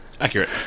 accurate